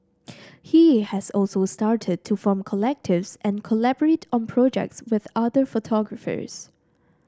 he has also started to form collectives and collaborate on projects with other photographers